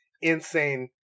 insane